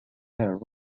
air